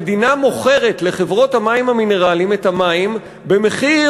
המדינה מוכרת לחברות המים המינרליים את המים במחיר